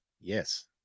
Yes